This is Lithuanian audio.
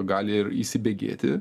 gali ir įsibėgėti